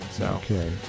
okay